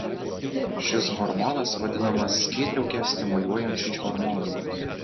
šis hormonas vadinamas skydliaukę stimuliuojančiu hormonu